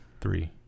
three